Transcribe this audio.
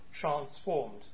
transformed